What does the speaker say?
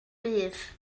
bydd